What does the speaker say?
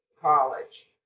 college